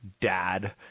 dad